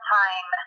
time